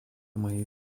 моей